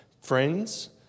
friends